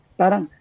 parang